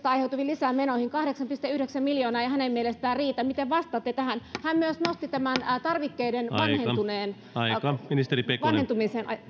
aiheutuviin lisämenoihin kahdeksan pilkku yhdeksän miljoonaa ei hänen mielestään riitä miten vastaatte tähän hän myös nosti tämän tarvikkeiden vanhentumisen